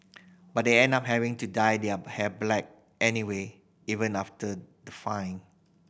but they end up having to dye their hair black anyway even after the fine